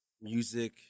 music